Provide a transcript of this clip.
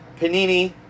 Panini